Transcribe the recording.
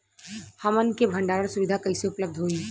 हमन के भंडारण सुविधा कइसे उपलब्ध होई?